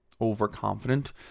overconfident